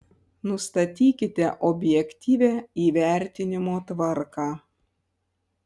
nustatykite objektyvią įvertinimo tvarką